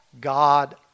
God